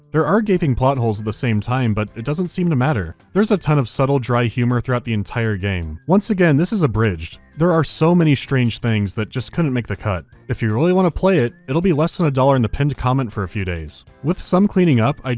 there are gaping plot holes at the same time, but it doesn't seem to matter. there is a ton of subtle, dry humor throughout the entire game. once again, this is abridged. there are so many strange things that just couldn't make the cut. if you really wanna play it, it will be less than a dollar in the pinned comment for a few days. with some cleaning up,